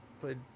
played